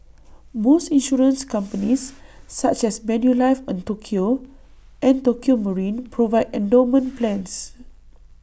most insurance companies such as Manulife Tokio and Tokio marine provide endowment plans